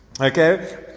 Okay